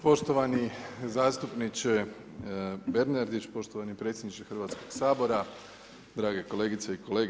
Poštovani zastupniče Bernardić, poštovani predsjedniče Hrvatskog sabora, drage kolegice i kolege.